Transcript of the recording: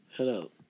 Hello